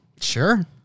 Sure